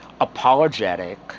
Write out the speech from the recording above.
apologetic